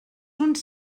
uns